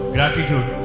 Gratitude